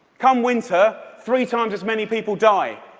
come winter, three times as many people die.